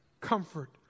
comfort